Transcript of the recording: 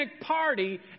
party